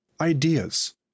ideas